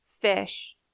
fish